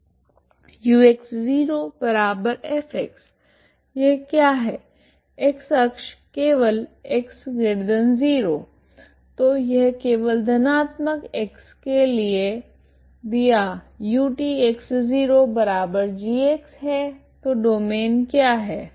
ux0f यह क्या है x−अक्ष केवल x0 तो यह केवल धनात्मक x के लिए दिया utx0g हैतो डोमैन क्या है